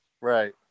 Right